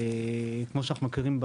נכון.